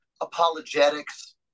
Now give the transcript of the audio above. apologetics